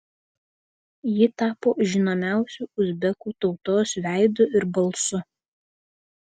ji tapo žinomiausiu uzbekų tautos veidu ir balsu